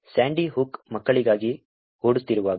Sandy Hook ಮಕ್ಕಳಿಗಾಗಿ ಓಡುತ್ತಿರುವಾಗ